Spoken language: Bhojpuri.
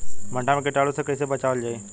भनटा मे कीटाणु से कईसे बचावल जाई?